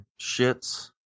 shits